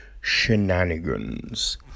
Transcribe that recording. shenanigans